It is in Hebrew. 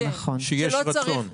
אז יש רצון.